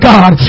God